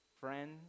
friends